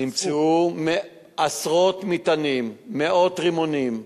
נמצאו עשרות מטענים, מאות רימונים,